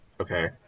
okay